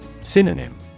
Synonym